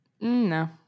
no